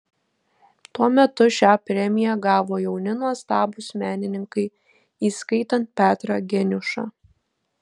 tuo metu šią premiją gavo jauni nuostabūs menininkai įskaitant petrą geniušą